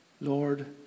Lord